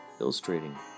illustrating